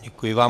Děkuji vám.